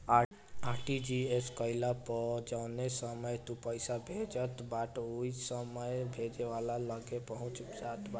RTGS कईला पअ जवने समय तू पईसा भेजत बाटअ उ ओही समय भेजे वाला के लगे पहुंच जात बाटे